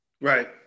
Right